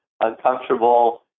uncomfortable